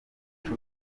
gusa